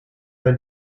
bei